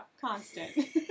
Constant